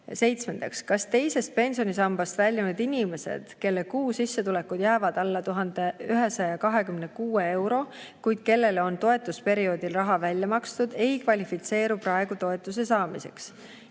Seitsmendaks: "Kas teisest pensionisambast väljunud inimesed, kelle kuu sissetulekud jäävad alla 1126 euro, kuid kellele on toetusperioodil raha välja makstud, ei kvalifitseeru praegu toetuse saamiseks?"